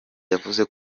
yavuze